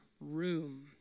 room